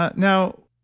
ah now,